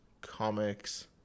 comics